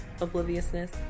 obliviousness